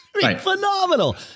phenomenal